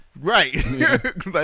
right